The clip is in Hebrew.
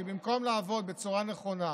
כי במקום לעבוד בצורה נכונה,